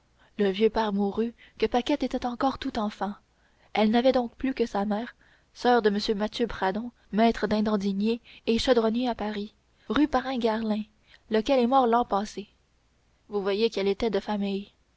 le vieux père mourut que paquette était encore tout enfant elle n'avait donc plus que sa mère soeur de m mathieu pradon maître dinandinier et chaudronnier à paris rue parin garlin lequel est mort l'an passé vous voyez qu'elle était de famille